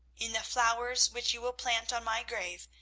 in the flowers which you will plant on my grave,